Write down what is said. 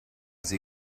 sie